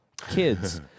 kids